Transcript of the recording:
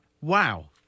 Wow